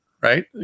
right